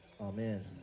Amen